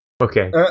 Okay